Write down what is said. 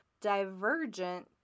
Divergent